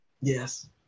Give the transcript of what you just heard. Yes